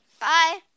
Bye